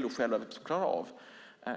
LO själv kan klara av det.